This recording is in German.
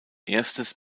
erstes